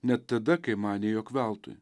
net tada kai manė jog veltui